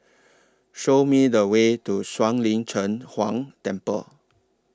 Show Me The Way to Shuang Lin Cheng Huang Temple